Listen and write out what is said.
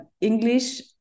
English